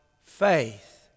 faith